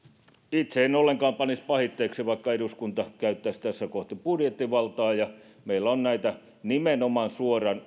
itse en ollenkaan panisi pahitteeksi vaikka eduskunta käyttäisi tässä kohti budjettivaltaa ja meillä on näitä nimenomaan suoran